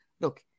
look